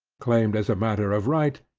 claimed as a matter of right,